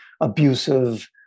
abusive